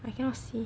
I cannot see